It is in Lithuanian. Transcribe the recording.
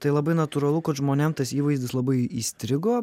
tai labai natūralu kad žmonėm tas įvaizdis labai įstrigo